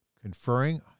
conferring